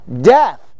death